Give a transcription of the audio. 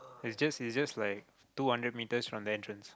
it's just it's just like two hundred metres from the entrance